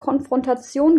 konfrontation